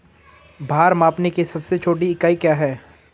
भार मापने की सबसे छोटी इकाई क्या है?